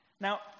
now